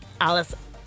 Alice